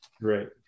Right